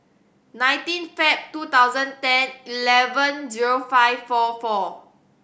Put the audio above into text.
nineteen Feb two thousand ten eleven zero five four four